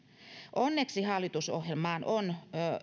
onneksi hallitusohjelmaan on